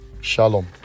shalom